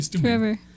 Forever